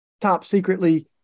top-secretly